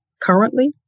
currently